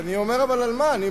אני אומר אבל על מה.